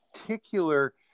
particular